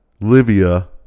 Livia